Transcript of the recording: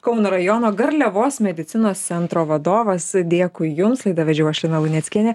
kauno rajono garliavos medicinos centro vadovas dėkui jums laidą vedžiau aš lina luneckienė